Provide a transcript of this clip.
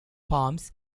palms